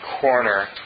corner